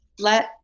let